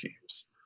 teams